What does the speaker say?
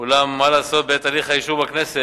אולם, מה לעשות, בעת הליך האישור בכנסת